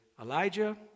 Elijah